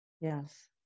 Yes